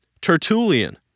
Tertullian